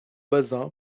bazin